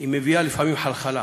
מביאה לפעמים חלחלה.